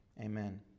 Amen